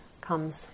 comes